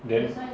then